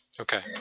Okay